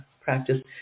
practice